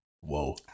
Whoa